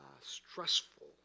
stressful